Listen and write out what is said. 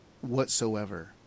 whatsoever